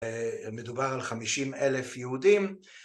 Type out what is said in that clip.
מדובר על חמישים אלף יהודים